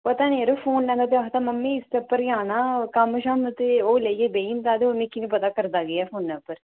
पता नि यरो फोने ते आखदा मम्मी इसदे उप्पर ही आना कम्म शम्म ते ओह् लेइयै बेही जंदा ते हुन मिकी नि पता करदा केह् ऐ फोने उप्पर